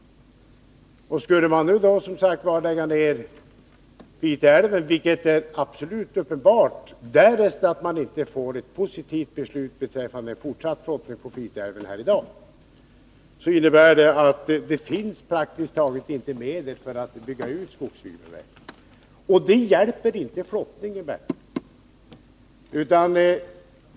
Skulle man då, som sagt, lägga ner flottningen i Piteälven — vilket uppenbart blir följden därest man inte får ett positivt beslut beträffande fortsatt flottning på Piteälven här i daginnebär det att det praktiskt taget inte finns några medel för att bygga ut skogsbilvägnätet. Det hjälper inte flottningen, Bertil Jonasson.